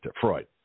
Freud